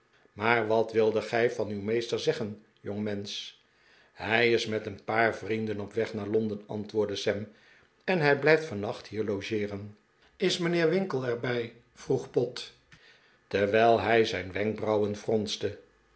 maar wat wilde t gij van uw meester zeggen jongmensch hij is met een paar vrienden op weg naar londen antwoordde sam en hij blijft vannacht hier logeeren f is mijnheer winkle er bij vroeg pott terwijl hij zijn wenkbrauwen fronste